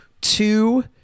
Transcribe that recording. two